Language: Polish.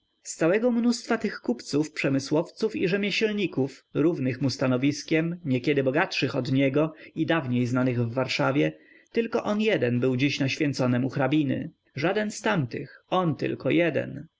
z całego mnóstwa tych kupców przemysłowców i rzemieślników równych mu stanowiskiem niekiedy bogatszych od niego i dawniej znanych w warszawie on tylko jeden był dziś na święconem u hrabiny żaden z tamtych on tylko jeden